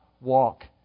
walk